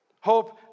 hope